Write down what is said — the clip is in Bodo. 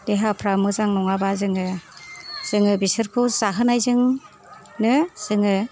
देहाफ्रा मोजां नङाबा जोङो बिसोरखौ जाहोनायजोंनो जोङो